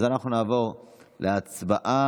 אנחנו נעבור להצבעה.